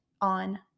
on